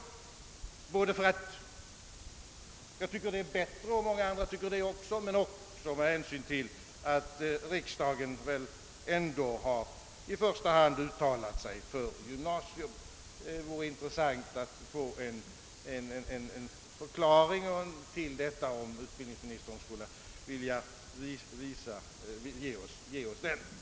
Det sista namnet tycker jag och många andra vore bättre och riksdagen har ju också i första hand uttalat sig för det. Det vore intressant om utbildningsministern ville ge oss en förklaring.